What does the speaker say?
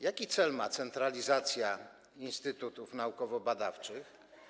Jaki cel ma centralizacja instytutów naukowo-badawczych?